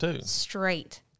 straight